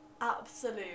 absolute